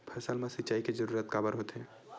फसल मा सिंचाई के जरूरत काबर होथे?